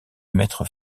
mettre